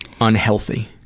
unhealthy